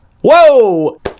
Whoa